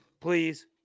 please